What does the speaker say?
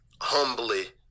humbly